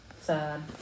sad